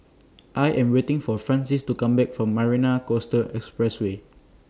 I Am waiting For Francies to Come Back from Marina Coastal Expressway